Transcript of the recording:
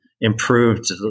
improved